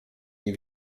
nie